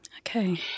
Okay